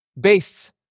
based